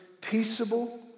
peaceable